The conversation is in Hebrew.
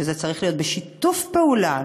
וזה צריך להיות בשיתוף פעולה,